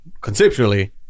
conceptually